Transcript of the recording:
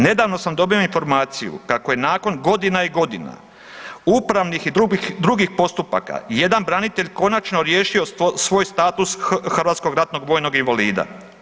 Nedavno sam dobio informaciju kako je nakon godina i godina upravnih i drugih postupaka jedan branitelj konačno riješio svoj status hrvatskog ratnog vojnog invalida.